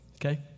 Okay